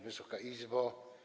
Wysoka Izbo!